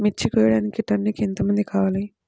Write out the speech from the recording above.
మిర్చి కోయడానికి టన్నుకి ఎంత మంది కావాలి?